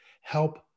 help